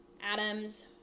Adam's